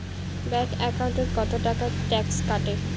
Bank একাউন্টত কতো টাকা ট্যাক্স কাটে?